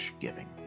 Giving